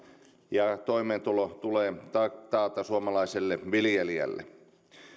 ja toimeentulo tulee taata suomalaiselle viljelijälle